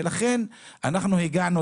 ולכן אנחנו הגענו